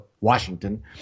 Washington